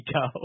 go